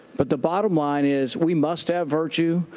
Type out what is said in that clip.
but the bottom line is we must have virtue,